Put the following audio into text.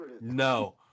No